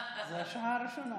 זו השעה הראשונה.